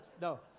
No